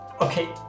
Okay